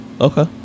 Okay